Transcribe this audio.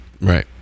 Right